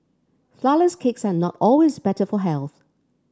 flourless cakes are not always better for health